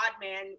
man